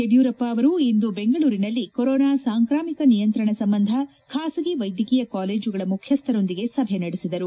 ಯಡಿಯೂರಪ್ಪ ಇಂದು ಬೆಂಗಳೂರಿನಲ್ಲಿ ಕೊರೊನಾ ಸಾಂಕ್ರಾಮಿಕ ನಿಯಂತ್ರಣ ಸಂಬಂಧ ಖಾಸಗಿ ವ್ಯೆದ್ಧಕೀಯ ಕಾಲೇಜುಗಳ ಮುಖ್ಯಸ್ಥರೊಂದಿಗೆ ಸಭೆ ನಡೆಸಿದರು